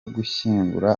gushyingura